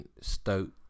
Stoke